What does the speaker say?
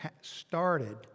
started